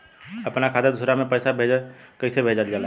अपना खाता से दूसरा में पैसा कईसे भेजल जाला?